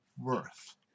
worth